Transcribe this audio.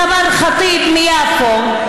סמר ח'טיב מיפו,